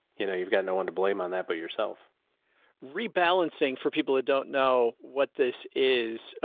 you know you've got no one to blame on that, but yourself rebalancing for people that don't know what this is, ah,